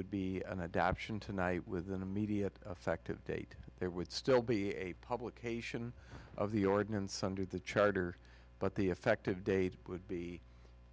would be an adoption tonight with an immediate effect a date there would still be a publication of the ordinance under the charter but the effective date would be